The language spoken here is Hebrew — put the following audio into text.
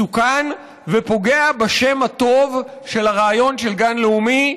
מסוכן ופוגע בשם הטוב של הרעיון של גן לאומי,